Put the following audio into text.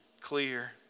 clear